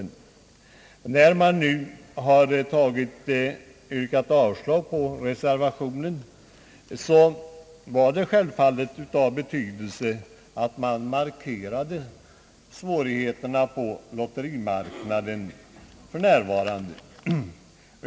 När man yrkade avslag på reservationens förslag var det självklart av betydelse att man markerade svårigheterna på lotterimarknaden för närvarande.